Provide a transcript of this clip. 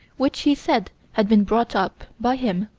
which he said had been brought up, by him,